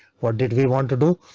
what did we want to do?